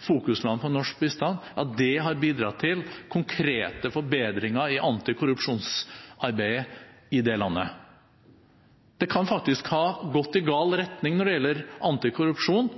fokusland for norsk bistand, har bidratt til konkrete forbedringer i antikorrupsjonsarbeidet i det landet? Det kan faktisk ha gått i gal retning når det gjelder antikorrupsjon,